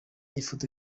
ifoto